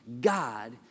God